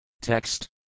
Text